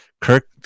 Kirk